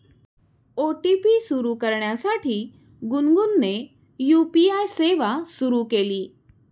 OTP सुरू करण्यासाठी गुनगुनने यू.पी.आय सेवा सुरू केली